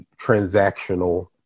transactional